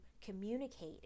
communicate